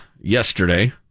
yesterday